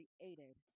created